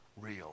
real